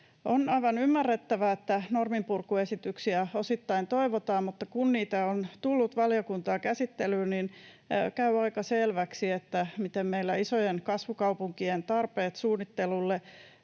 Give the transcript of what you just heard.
On aivan ymmärrettävää, että norminpurkuesityksiä osittain toivotaan, mutta kun niitä on tullut valiokuntakäsittelyyn, niin käy aika selväksi, miten meillä isojen kasvukaupunkien tarpeet suunnittelulle